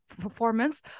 performance